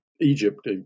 Egypt